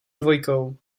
dvojkou